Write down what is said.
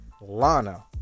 Lana